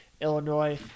Illinois